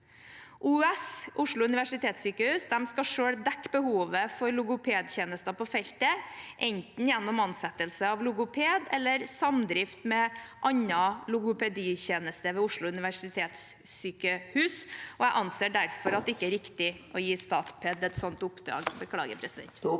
skal selv dekke behovet for logopedtjenester på feltet, enten gjennom ansettelse av logoped eller ved samdrift med annen logopeditjeneste ved Oslo universitetssykehus. Jeg anser derfor at det ikke er riktig å gi Statped et slikt oppdrag.